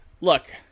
Look